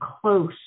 close